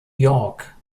york